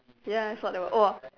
ya I saw that oh !wah!